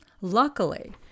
Luckily